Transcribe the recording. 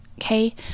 Okay